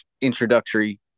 introductory